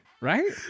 Right